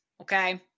okay